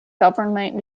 government